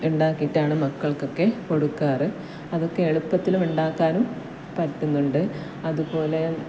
ഉണ്ടാക്കിയിട്ടാണ് മക്കൾക്കൊക്കെ കൊടുക്കാറ് അതൊക്കെ എളുപ്പത്തിലും ഉണ്ടാക്കാനും പറ്റുന്നുണ്ട് അതുപോലെ